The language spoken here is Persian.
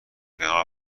کنار